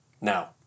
Now